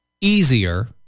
easier